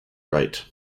write